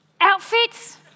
outfits